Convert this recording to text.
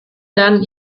lernen